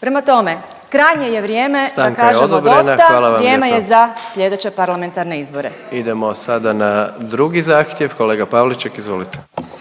Prema tome, krajnje je vrijeme …Upadica predsjednik: Stanka je odobrena, hvala